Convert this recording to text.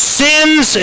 sins